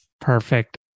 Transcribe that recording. Perfect